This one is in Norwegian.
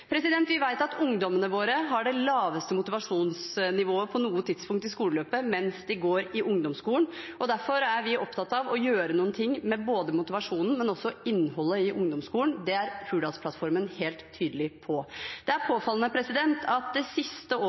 Vi vet at ungdommene våre har det laveste motivasjonsnivået på noe tidspunkt i skoleløpet mens de går i ungdomsskolen. Derfor er vi opptatt av å gjøre noe med både motivasjonen og innholdet i ungdomsskolen. Det er Hurdalsplattformen helt tydelig på. Det er påfallende at Høyre det siste året